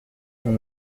nous